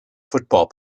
football